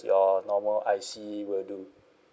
your normal I_C will do